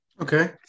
Okay